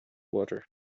water